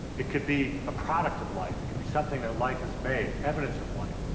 it could be a product of life it could be something that life has made, evidence of life.